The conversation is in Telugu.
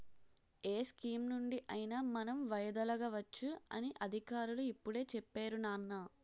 ఏ స్కీమునుండి అయినా మనం వైదొలగవచ్చు అని అధికారులు ఇప్పుడే చెప్పేరు నాన్నా